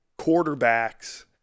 quarterbacks